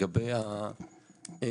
מה